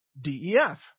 DEF